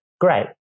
Great